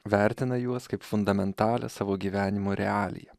vertina juos kaip fundamentalią savo gyvenimo realiją